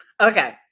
Okay